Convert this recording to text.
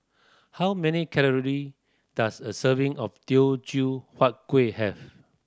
how many calorie does a serving of Teochew Huat Kuih have